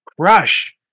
Crush